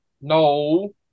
No